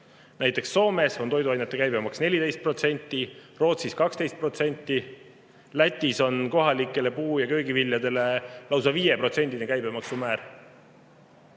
Näiteks, Soomes on toiduainete käibemaks 14%, Rootsis 12%, Lätis on kohalikel puu‑ ja köögiviljadel lausa 5%‑line käibemaksumäär.